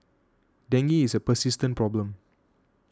Dengue is a persistent problem